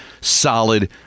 solid